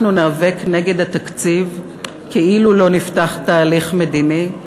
אנחנו ניאבק נגד התקציב כאילו לא נפתח תהליך מדיני,